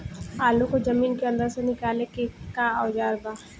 आलू को जमीन के अंदर से निकाले के का औजार बा?